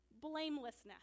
blamelessness